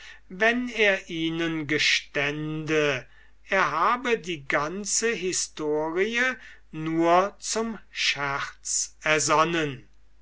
wenn er ihnen gestünde er habe die ganze historie nur zum scherz ersonnen